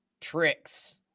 tricks